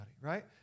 right